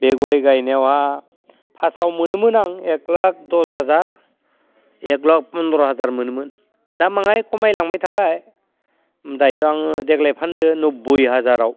बे गय गायनायावहाय फार्स्टाव मोनोमोन आं एक लाख दस हाजार एक लाख फन्द्र' हाजार मोनोमोन दा बाहाय खामायलांबाय थाबाय दायो आङो देग्लाय फानदों नोब्बै हाजाराव